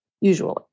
usually